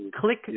Click